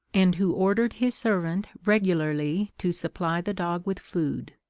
and who ordered his servant regularly to supply the dog with food.